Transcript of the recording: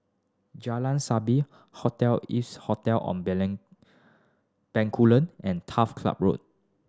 Jalan Sabit Hotel Ibis Hotel Bencoolen and Turf Club Road